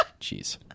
jeez